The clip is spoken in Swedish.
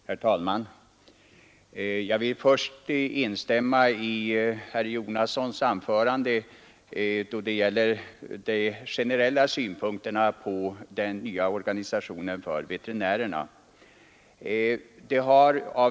Herr talman! Jag vill först instämma i herr Jonassons anförande då det gäller de generella synpunkterna på den nya organisationen för veterinärerna.